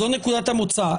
זו נקודת המוצא.